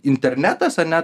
internetas ar ne